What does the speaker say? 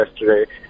yesterday